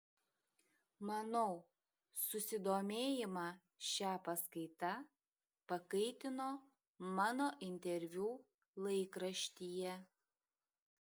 manau susidomėjimą šia paskaita pakaitino mano interviu laikraštyje